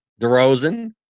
DeRozan